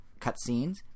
cutscenes